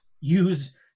use